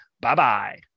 Bye-bye